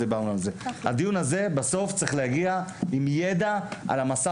בסוף הדיון צריך להגיע עם ידע על המשא